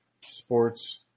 sports